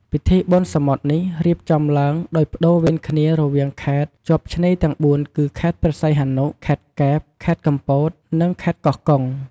ពិធីបុណ្យសមុទ្រនេះរៀបចំឡើងដោយប្តូរវេនគ្នារវាងខេត្តជាប់ឆ្នេរទាំងបួនគឺ ខេត្តព្រះសីហនុ ខេត្តកែប ខេត្តកំពត និងខេត្តកោះកុង។